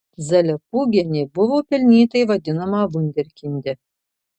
zalepūgienė buvo pelnytai vadinama vunderkinde